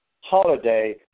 holiday